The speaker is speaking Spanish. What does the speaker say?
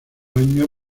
año